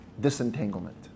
disentanglement